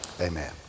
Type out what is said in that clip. Amen